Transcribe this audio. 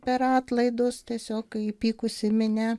per atlaidus tiesiog įpykusi minia